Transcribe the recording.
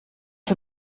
für